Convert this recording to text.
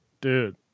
dude